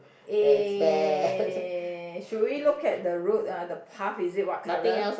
eh should we look at the road ah the path is it what colour